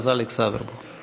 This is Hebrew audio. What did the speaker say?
אז אלכס אברבוך.